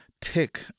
tick